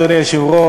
אדוני היושב-ראש,